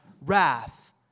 wrath